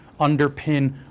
underpin